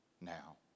now